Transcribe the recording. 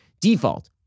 default